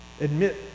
admit